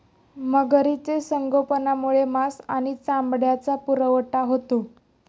मगरीचे संगोपनामुळे मांस आणि चामड्याचा पुरवठा होतो